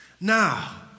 Now